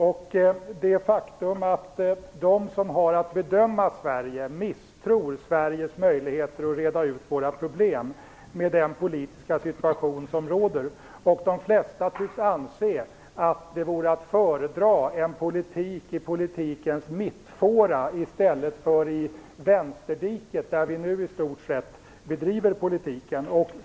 Det är ett faktum att de som har att bedöma Sverige misstror Sveriges möjligheter att reda ut våra problem med den politiska situation som råder, och de flesta tycks anse att det vore att föredra en politik i politikens mittfåra i stället för i vänsterdiket, där politiken nu i stort sett bedrivs.